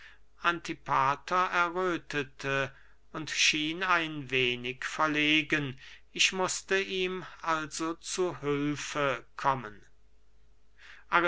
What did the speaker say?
antipater erröthete und schien ein wenig verlegen ich mußte ihm also zu hülfe kommen